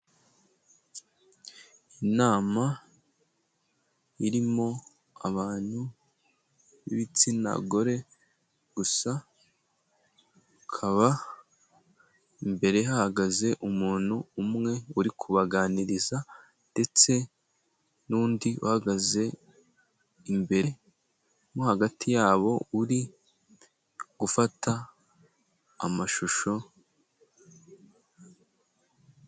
Inama irimo abantu b'ibitsina gore gusa, ikaba imbere hahagaze umuntu umwe uri kubaganiriza, ndetse n'undi uhagaze imbere nko hagati yabo uri gufata amashusho.